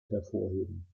hervorheben